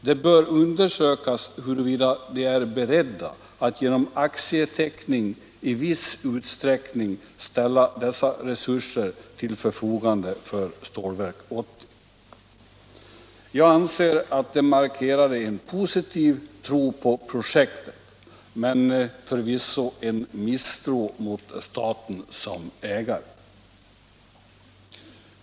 Det bör undersökas huruvida de är beredda att genom aktieteckning i viss utsträckning ställa dessa resurser till förfogande för Stålverk 80.” Jag anser att det markerade en positiv tro på projektet men förvisso en misstro mot staten som ägare.